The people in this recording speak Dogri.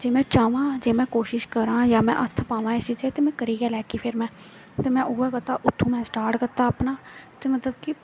जे में चाह्वां जे में कोशश करां जां में हत्थ पावां इस च ते में करी गै लैगी फिर ते में उ'यै कीता उत्थुआं स्टार्ट कीता अपना ते मतलब कि